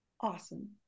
Awesome